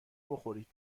بخورید